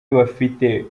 bafite